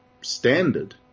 standard